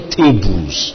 tables